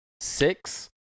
six